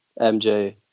MJ